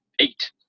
eight